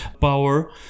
power